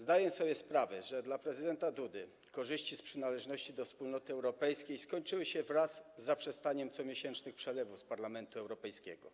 Zdaję sobie sprawę, że dla prezydenta Dudy korzyści płynące z przynależności do Wspólnoty Europejskiej skończyły się wraz z zaprzestaniem comiesięcznych przelewów z Parlamentu Europejskiego.